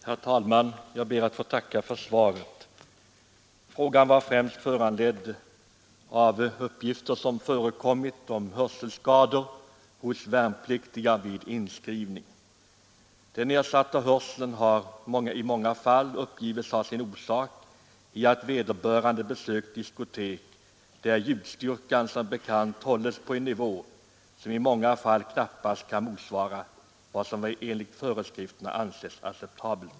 Herr talman! Jag ber att få tacka för svaret. Frågan var främst föranledd av uppgifter som förekommit om hörselskador hos värnpliktiga vid inskrivningen. Den nedsatta hörseln har i många fall uppgivits ha sin orsak i att vederbörande besökt diskotek där ljudstyrkan som bekant håller sig på en nivå som i många fall knappast kan motsvara vad som enligt föreskrifter anses acceptabelt.